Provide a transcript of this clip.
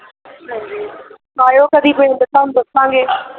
ਹਾਂਜੀ ਆਇਓ ਕਦੀ ਪਿੰਡ ਤੁਹਾਨੂੰ ਦੱਸਾਂਗੇ